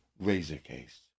razor-case